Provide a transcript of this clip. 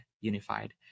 unified